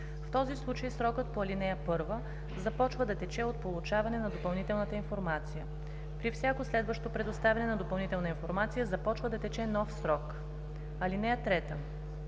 В този случай срокът по ал. 1 започва да тече от получаване на допълнителната информация. При всяко следващо предоставяне на допълнителна информация започва да тече нов срок. (3)